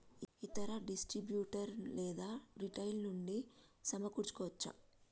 ఇతర డిస్ట్రిబ్యూటర్ లేదా రిటైలర్ నుండి సమకూర్చుకోవచ్చా?